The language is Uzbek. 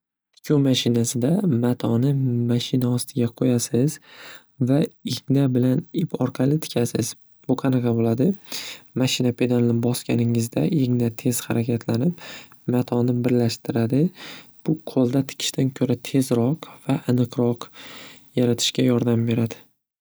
Tikuv mashinasida matoni mashina ostiga qo'yasiz va igna bilan ip orqali tikasiz. Bu qanaqa bo'ladi? Mashina pedaliga bosganingizda igna tez harakatlanib matoni birlashtiradi. Bu qo'lda tikishdan ko'ra tezroq va aniqroq yaratishga yordam beradi.